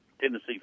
Tennessee